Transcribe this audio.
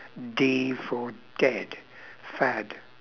D for dead fad